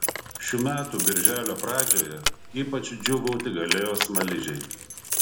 šių metų birželio pradžioje ypač džiūgauti galėjo smaližiai